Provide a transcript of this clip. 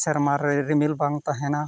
ᱥᱮᱨᱢᱟᱨᱮ ᱨᱤᱢᱤᱞ ᱵᱟᱝ ᱛᱟᱦᱮᱱᱟ